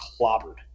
clobbered